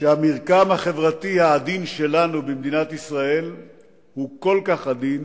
שהמרקם החברתי שלנו במדינת ישראל הוא כל כך עדין